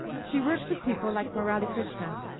she works with people like murali krishna.